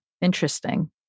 interesting